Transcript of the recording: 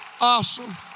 Awesome